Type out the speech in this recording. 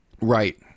Right